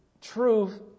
truth